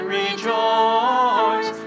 rejoice